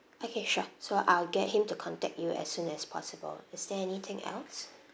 okay sure so I'll get him to contact you as soon as possible is there anything else